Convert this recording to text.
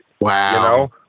Wow